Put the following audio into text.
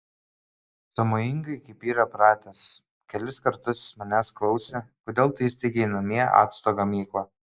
sąmojingai kaip yra pratęs kelis kartus jis manęs klausė kodėl tu įsteigei namie acto gamyklą